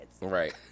Right